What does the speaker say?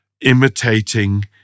imitating